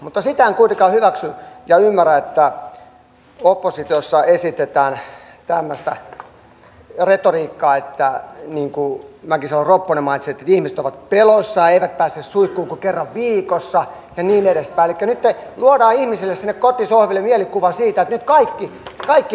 sitä en kuitenkaan hyväksy ja ymmärrä että oppositiossa esitetään tämmöistä retoriikkaa niin kuin mäkisalo ropponen mainitsi että ihmiset ovat peloissaan eivät pääse suihkuun kuin kerran viikossa ja niin edespäin elikkä nytten luodaan ihmisille sinne kotisohville mielikuva siitä että nyt kaikki heikkenee